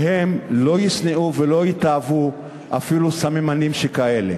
והם לא ישנאו ולא יתעבו אפילו סממנים כאלה.